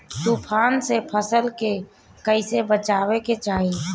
तुफान से फसल के कइसे बचावे के चाहीं?